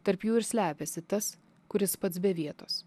tarp jų ir slepiasi tas kuris pats be vietos